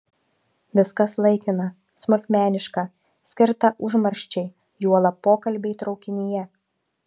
viskas laikina smulkmeniška skirta užmarščiai juolab pokalbiai traukinyje